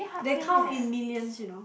they count in millions you know